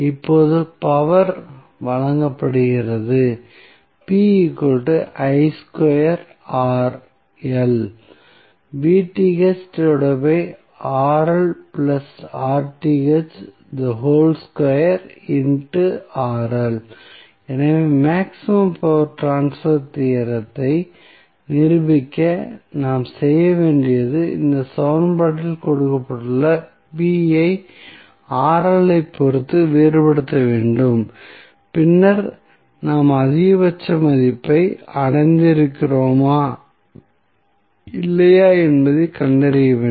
இப்போது பவர் வழங்கப்படுகிறது எனவே மேக்ஸிமம் பவர் ட்ரான்ஸ்பர் தேற்றத்தை நிரூபிக்க நாம் செய்ய வேண்டியது இந்த சமன்பாட்டில் கொடுக்கப்பட்டுள்ள ஐ ஐப் பொறுத்து வேறுபடுத்த வேண்டும் பின்னர் நாம் அதிகபட்ச மதிப்பை அடைந்திருக்கிறோமா இல்லையா என்பதைக் கண்டறிய வேண்டும்